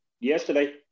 yesterday